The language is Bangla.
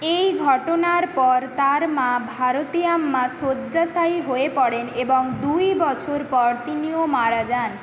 এই ঘটনার পর তাঁর মা ভারতি আম্মা শয্যাশায়ী হয়ে পড়েন এবং দুই বছর পর তিনিও মারা যান